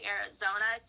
Arizona